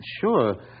Sure